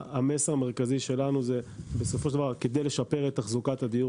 המסר המרכזי שלנו הוא שכדי לשפר את תחזוקת הדיור